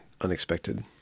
unexpected